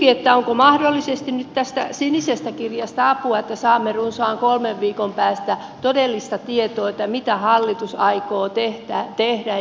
kysynkin onko nyt mahdollisesti tästä sinisestä kirjasta apua että saamme runsaan kolmen viikon päästä todellista tietoa siitä mitä hallitus aikoo tehdä